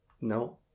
No